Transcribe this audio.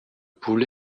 poule